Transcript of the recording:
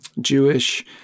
Jewish